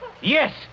Yes